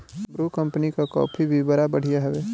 Bru company कअ coffee भी बड़ा बढ़िया हवे